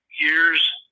years